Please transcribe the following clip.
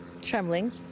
Trembling